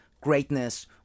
greatness